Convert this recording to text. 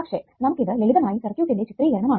പക്ഷെ നമുക്കിത് ലളിതമായ സർക്യൂട്ടിന്റെ ചിത്രീകരണം ആണ്